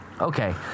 Okay